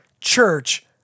church